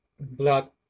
Blood